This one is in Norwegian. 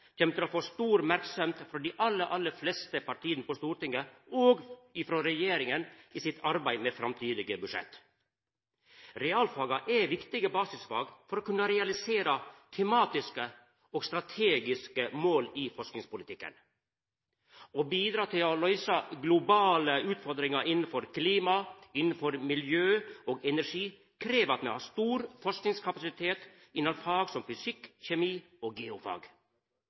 kjem til å få stor merksemd frå dei aller, aller fleste partia på Stortinget og frå regjeringa i arbeidet med framtidige budsjett. Realfaga er viktige basisfag for å kunna realisera tematiske og strategiske mål i forskingspolitikken. Å bidra til å løysa globale utfordringar innan klima, miljø og energi krev at me har stor forskingskapasitet innan fag som fysikk, kjemi og geofag.